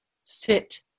Sit